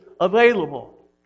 available